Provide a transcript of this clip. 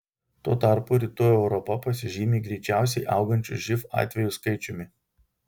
tuo tarpu rytų europa pasižymi greičiausiai augančiu živ atvejų skaičiumi